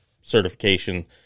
certification